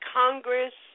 congress